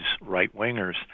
right-wingers